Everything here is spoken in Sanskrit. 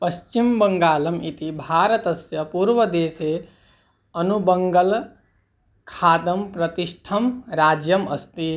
पश्चिमबङ्गालम् इति भारतस्य पूर्वदेशे अनुबङ्गालखातं प्रतिष्ठितं राज्यम् अस्ति